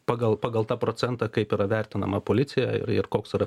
pagal pagal tą procentą kaip yra vertinama policija ir ir koks yra